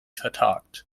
vertagt